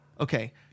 okay